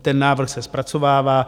Ten návrh se zpracovává.